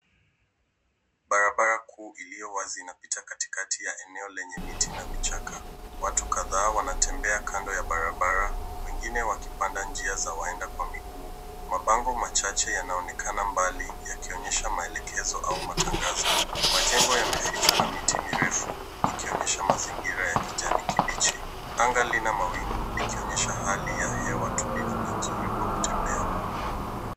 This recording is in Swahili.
Barabara kuu iliyo wazi inapita katika eneo lenye miti na vichaka. Watu kadhaa wanatembea kando ya barabara wengine wakipanda njia za waendamiguu. Mabango machache yanaonekana mbali yakionyesha maelekezo au matangazo. Majengo yamefichwa na miti mirefu ikionyesha mazingira ya kijani kibichi. Anga lina mawingu likionyesha hali ya hewa tulivu na nzuri kwa kutembea.